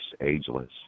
ageless